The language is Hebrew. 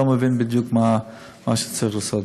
אני לא מבין בדיוק מה צריך לעשות.